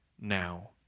now